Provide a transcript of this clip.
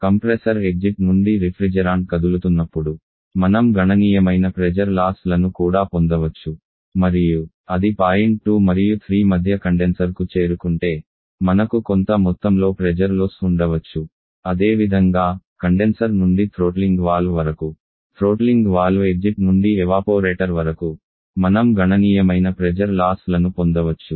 compressor exit నుండి refrigerant కదులుతున్నప్పుడు మనం గణనీయమైన ప్రెజర్ లాస్ లను కూడా పొందవచ్చు మరియు అది పాయింట్ 2 మరియు 3 మధ్య కండెన్సర్కు చేరుకుంటే మనకు కొంత మొత్తంలో ప్రెజర్ నష్టం ఉండవచ్చు అదేవిధంగా కండెన్సర్ నుండి థ్రోట్లింగ్ వాల్వ్ వరకు థ్రోట్లింగ్ వాల్వ్ ఎగ్జిట్ నుండి ఎవాపోరేటర్ వరకు మనం గణనీయమైన ప్రెజర్ లాస్ లను పొందవచ్చు